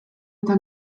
eta